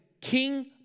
King